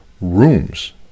rooms